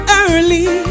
early